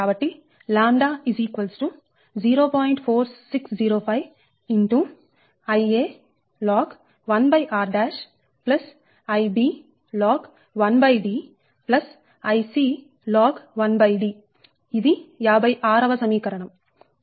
4605 Ia log 1r Ib log 1D Ic log 1D ఇది 56 వ సమీకరణం